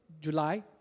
July